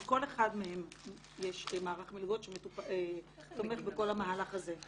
בכל אחד מהם יש מערך מלגות שתומך בכל המהלך הזה.